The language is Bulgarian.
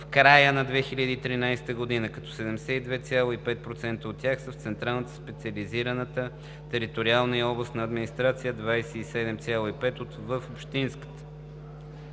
в края на 2013 г., като 72,5% от тях са в централната, специализираната териториална и областната администрация, а 27,5% – в общинската.